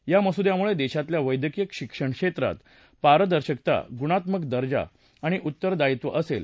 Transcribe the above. या मसुद्यामुळे देशातल्या वैद्यकीय शिक्षण क्षेत्रात पारदर्शकता गुणात्मक दर्जा आणि उत्तरदायीत्व असेल